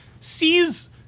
sees